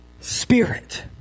Spirit